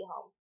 home